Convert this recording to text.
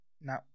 Now